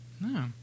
No